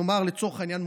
נאמר לצורך העניין,